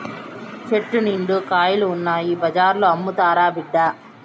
చెట్టు నిండా కాయలు ఉన్నాయి బజార్లో అమ్మురా బిడ్డా